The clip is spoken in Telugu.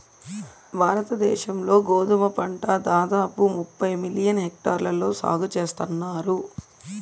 భారత దేశం లో గోధుమ పంట దాదాపు ముప్పై మిలియన్ హెక్టార్లలో సాగు చేస్తన్నారు